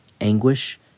Anguish